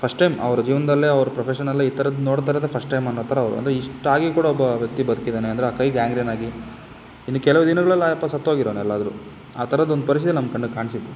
first time ಅವ್ರ ಜೀವನದಲ್ಲೇ ಅವ್ರ ಪ್ರೊಫೆಷನ್ನಲ್ಲೇ ಈ ಥರದ್ದು ನೋಡ್ತಾ ಇರೋದೇ ಫಸ್ಟ್ ಟೈಮ್ ಅನ್ನೋ ಥರ ಅವ್ರು ಅಂದರೆ ಇಷ್ಟು ಆಗಿ ಕೂಡ ಒಬ್ಬ ವ್ಯಕ್ತಿ ಬದುಕಿದ್ದಾನೆ ಅಂದರೆ ಆ ಕೈ ಗ್ಯಾಂಗ್ರಿನ್ನಾಗಿ ಇನ್ನು ಕೆಲವು ದಿನಗಳಲ್ಲಿ ಆ ಅಪ್ಪ ಸತ್ತೋಗಿರೋನು ಎಲ್ಲಾದರೂ ಆ ಥರದ ಒಂದು ಪರಿಸ್ಥಿತಿ ನಮ್ಮ ಕಣ್ಣಿಗ್ ಕಾಣಿಸಿತ್ತು